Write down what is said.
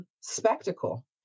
spectacle